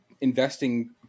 investing